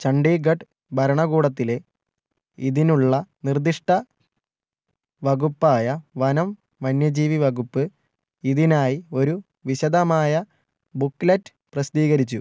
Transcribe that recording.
ചണ്ഡീഗഡ് ഭരണകൂടത്തിലെ ഇതിനുള്ള നിര്ദ്ദിഷ്ട വകുപ്പായ വനം വന്യജീവി വകുപ്പ് ഇതിനായി ഒരു വിശദമായ ബുക്ക്ലെറ്റ് പ്രസിദ്ധീകരിച്ചു